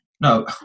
No